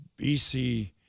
BC